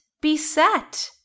beset